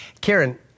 Karen